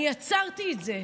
אני עצרתי את זה,